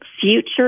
Future